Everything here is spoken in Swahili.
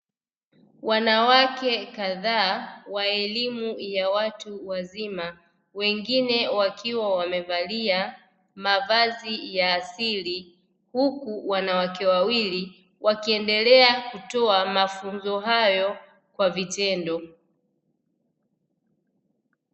Wanawake kadhaa wa elimu ya watu wazima wengine wakiwa wamevalia mavazi ya asili, huku wanawake wawili wakiendelea kutoa mafunzo hayo kwa vitendo.